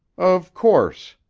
of course,